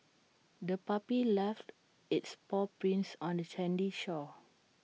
the puppy left its paw prints on the sandy shore